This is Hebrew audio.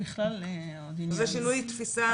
זה שינוי תפיסה בגישה.